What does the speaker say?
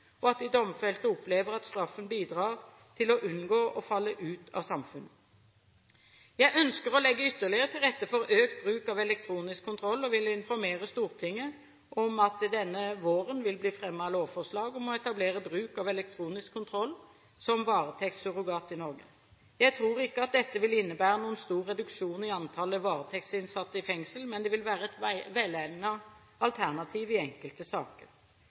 og at de domfelte opplever at straffen bidrar til å unngå å falle ut av samfunnet. Jeg ønsker å legge ytterligere til rette for økt bruk av elektronisk kontroll og vil informere Stortinget om at det denne våren vil bli fremmet lovforslag om å etablere bruk av elektronisk kontroll som varetektssurrogat i Norge. Jeg tror ikke at dette vil innebære noen stor reduksjon i antallet varetektsinnsatte i fengsel, men det vil være et velegnet alternativ i enkelte saker.